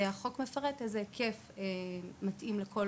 החוק מפרט מה הוא היקף המידע אותו זכאי